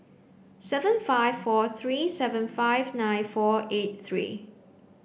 seven five four three seven five nine four eight three